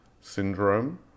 syndrome